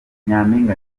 nyaminga